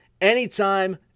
anytime